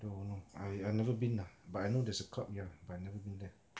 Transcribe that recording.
don't know I I never been lah but I know there's a club ya but I've never been there